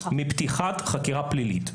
- מפתיחת חקירה פלילית.